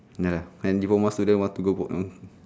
ya and diploma student want to go for